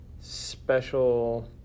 special